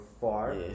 far